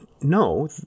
no